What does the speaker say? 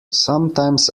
sometimes